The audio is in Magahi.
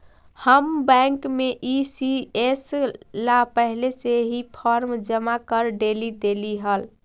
हम बैंक में ई.सी.एस ला पहले से ही फॉर्म जमा कर डेली देली हल